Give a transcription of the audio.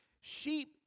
Sheep